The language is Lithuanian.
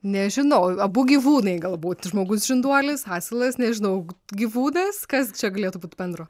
nežinau abu gyvūnai galbūt žmogus žinduolis asilas nežinau gyvūnas kas čia galėtų būt bendro